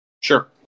Sure